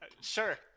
Sure